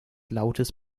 lautes